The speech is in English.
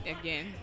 again